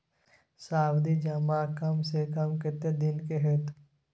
सावधि जमा कम से कम कत्ते दिन के हते?